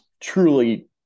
truly